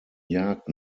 jagd